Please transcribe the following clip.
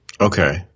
Okay